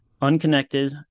unconnected